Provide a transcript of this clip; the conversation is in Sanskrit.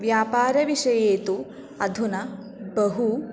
व्यापारविषये तु अधुना बहु